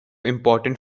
important